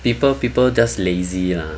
people people just lazy lah